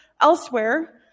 elsewhere